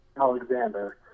Alexander